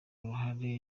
uruhare